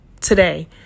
Today